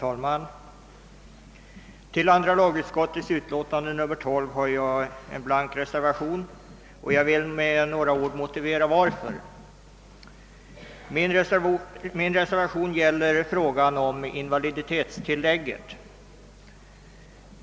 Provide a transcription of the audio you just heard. Herr talman! Jag har avgivit en blank reservation till andra lagutskottets utlåtande nr 12, och jag vill här med några ord motivera varför. Min reservation gäller frågan om invaliditetstillägget.